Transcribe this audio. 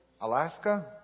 Alaska